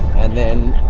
and then